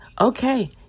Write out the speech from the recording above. Okay